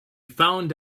found